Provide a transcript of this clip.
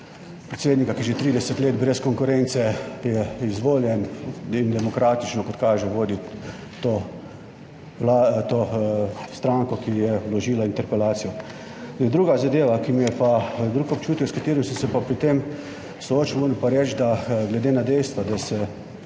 predsednika, ki je že 30 let brez konkurence izvoljen in demokratično, kot kaže, vodi to stranko, ki je vložila interpelacijo. Druga zadeva, drug občutek, s katerim sem se pa pri tem soočil, moram reči, da glede na dejstvo, da se